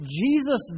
Jesus